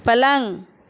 پلنگ